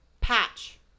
patch